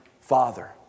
Father